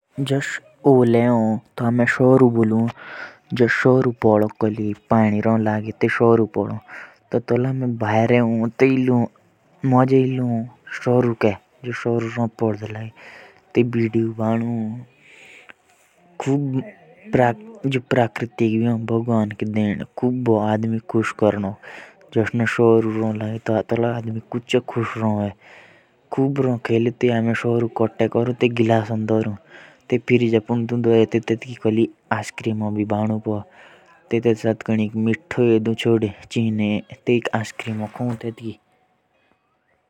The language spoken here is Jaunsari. जॉब शुरु भी पदो तो लड़कोते बहुत ही खुश हो और शुरु के दिंदे बानो और तेतु नूनो सात खाओ तेतुके गोले बन्ने कोरी आपस मुजे खेलो।